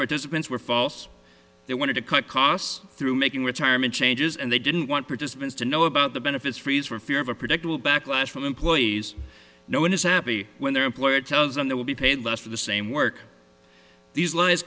participants were false they wanted to cut costs through making retirement changes and they didn't want participants to know about the benefits freeze for fear of a predictable backlash from employees no one is happy when their employer tells them they will be paid less for the same work these lawyers